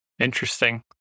interesting